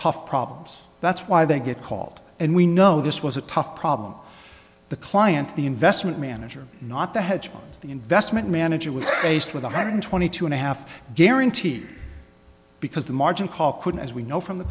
tough problems that's why they get called and we know this was a tough problem the client the investment manager not the hedge funds the investment manager was based with one hundred twenty two and a half guaranteed because the margin call couldn't as we know from the